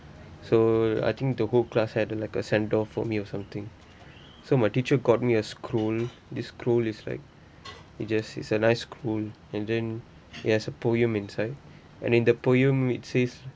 so I think the whole class had a like a sendoff for me or something so my teacher got me a scroll this scroll is like it just is a nice scroll and then it has a poem inside and in the poem it says